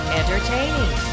entertaining